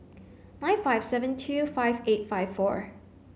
nine five seven two five eight five four